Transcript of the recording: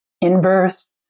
inverse